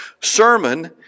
sermon